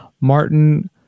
Martin